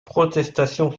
protestations